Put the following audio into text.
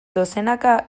dozenaka